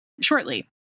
shortly